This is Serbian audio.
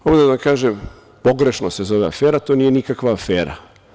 Mogu da vam kažem, pogrešno se zove afera, to nije nikakva afera.